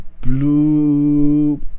blue